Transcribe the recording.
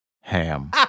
Ham